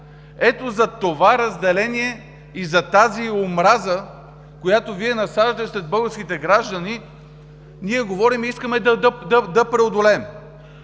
Ето за това разделение и за тази омраза, която Вие насаждате сред българските граждани, ние говорим и искаме да преодолеем.